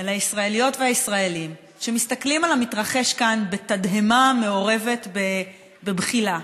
אל הישראליות והישראלים שמסתכלים על המתרחש כאן בתדהמה מעורבת בבחילה.